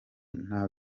nta